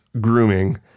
grooming